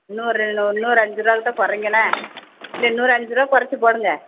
இன்னும் ஒரு ரெண்டு இன்னும் ஒரு அஞ்சு ருபாக் கிட்டே குறைங்களேன் இல்லை இன்னும் ஒரு அஞ்சு ருபா குறைச்சி போடுங்க